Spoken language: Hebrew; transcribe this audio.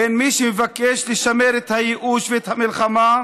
מי שמבקשים לשמר את הייאוש ואת המלחמה,